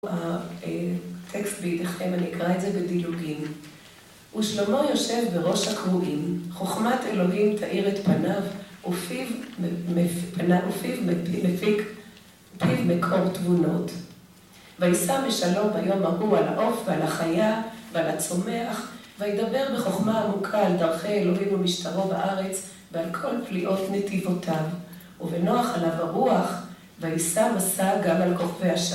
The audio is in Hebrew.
הטקסט בידיכם, אני אקרא את זה בדילוגים. ושלמה יושב בראש הקרואים, חוכמת אלוהים תאיר את פניו, ופיו בקור תבונות. וישא משלום היום ההוא על העוף ועל החיה ועל הצומח, וידבר בחוכמה ארוכה על דרכי אלוהים ומשטרו בארץ, ועל כל פליאות נתיבותיו. ובנוח עליו הרוח, וישא מסע גם על כוכבי השמים.